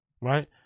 right